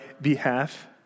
behalf